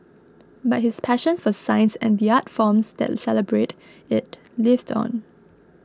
but his passion for science and the art forms that celebrate it lived on